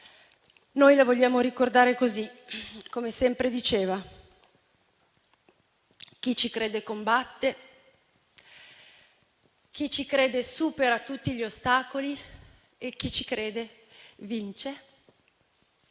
Lo vogliamo ricordare così, come sempre diceva: «Chi ci crede combatte, chi ci crede supera tutti gli ostacoli, chi ci crede vince».